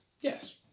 Yes